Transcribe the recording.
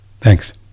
Thanks